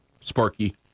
Sparky